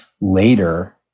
later